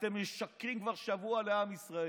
אתם משקרים כבר שבוע לעם ישראל.